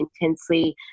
intensely